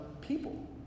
people